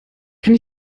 kann